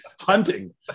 hunting